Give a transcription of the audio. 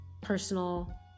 personal